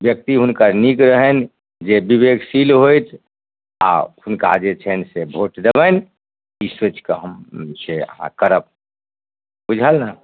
व्यक्ति हुनकर नीक रहनि जे विवेकशील होयत आ हुनका जे छनि से भोट देबनि ई सोचिकऽ हम से अहाँ करब बुझल ने